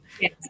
Yes